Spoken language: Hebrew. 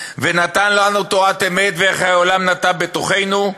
"ונתן לנו תורת אמת וחיי עולם נטע בתוכנו",